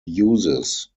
uses